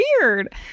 weird